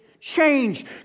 Change